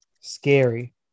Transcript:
scary